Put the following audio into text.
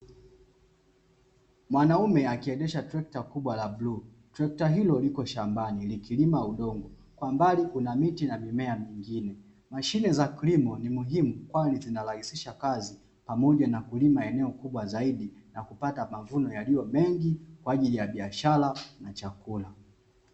Mwanaume akiendesha trekta kubwa la bluu trekta hilo liko shambani likilima udongo, kwa mbali kuna miti na minea mingine. Mashine za kilimo ni muhimu kwani zinarahisisha kazi pamoja na kulima eneo kubwa zaidi na kupata mavuno yalio mengi kwajili ya biashara na chakula.